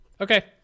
okay